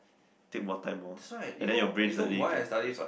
take more time lor and then your brain suddenly can absorb